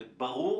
הרי ברור